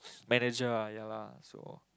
manager ah ya lah so